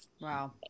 Wow